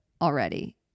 already